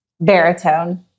baritone